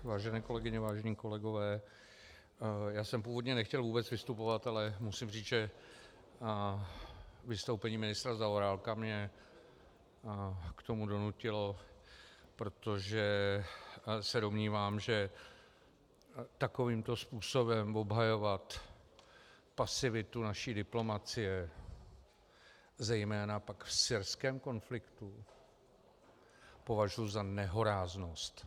Vážené kolegyně, vážení kolegové, já jsem původně nechtěl vůbec vystupovat, ale musím říct, že vystoupení ministra Zaorálka mě k tomu donutilo, protože se domnívám, že takovýmto způsobem obhajovat pasivitu naší diplomacie, zejména pak v syrském konfliktu, považuji za nehoráznost.